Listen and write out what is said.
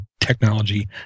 technology